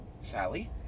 Sally